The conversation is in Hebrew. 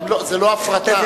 זו לא הפרטה.